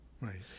Right